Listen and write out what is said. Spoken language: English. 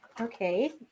Okay